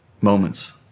moments